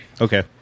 Okay